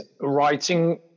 writing